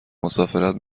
مسافرت